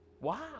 Wow